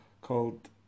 called